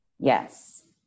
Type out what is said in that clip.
Yes